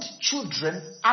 children